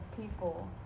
people